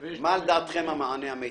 מהו לדעתכם המענה המיטבי?